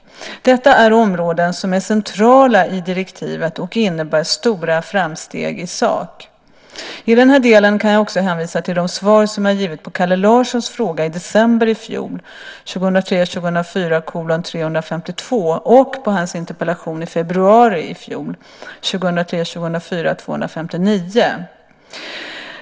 Detta är områden som är centrala i direktivet och innebär stora framsteg i sak. I den här delen kan jag också hänvisa till de svar jag givit på Kalle Larssons fråga i december i fjol, 2003 04:259.